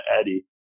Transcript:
Eddie